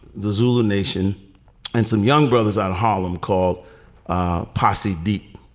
the zulu nation and some young brothers out of harlem called posse deep.